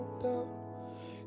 down